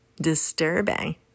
disturbing